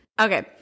Okay